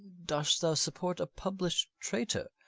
dar'st thou support a publish'd traitor?